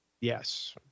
Yes